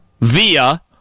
via